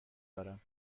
دارم